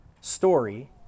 story